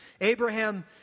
Abraham